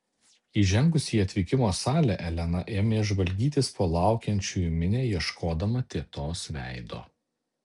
įžengusi į atvykimo salę elena ėmė žvalgytis po laukiančiųjų minią ieškodama tetos veido